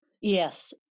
Yes